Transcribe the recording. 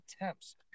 attempts